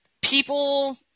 people